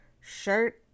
shirt